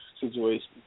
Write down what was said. Situation